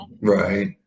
Right